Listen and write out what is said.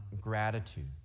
gratitude